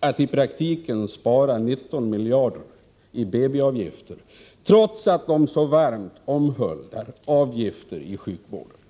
att i praktiken spara 19 miljoner i BB-avgifter, trots att de så varmt omhuldar avgifter i sjukvården.